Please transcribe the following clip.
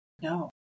No